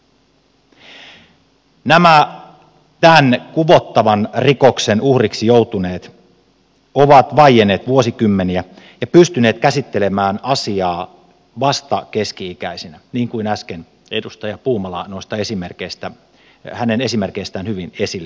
nämä tämän kuvottavan rikoksen uhriksi joutuneet ovat vaienneet vuosikymmeniä ja pystyneet käsittelemään asiaa vasta keski ikäisinä niin kuin äsken edustaja puumalan esimerkeistä hyvin esille tuli